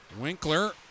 Winkler